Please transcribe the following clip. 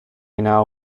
now